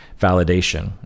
validation